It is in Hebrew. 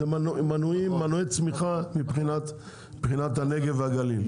אלו מנועי צמיחה מבחינת הנגב והגליל.